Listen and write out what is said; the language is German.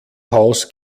haus